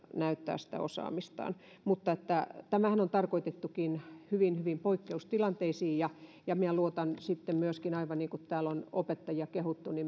näyttää sitä osaamistaan mutta tämähän on tarkoitettukin hyvin hyvin poikkeustilanteisiin ja ja minä luotan aivan niin kuin täällä on opettajia kehuttu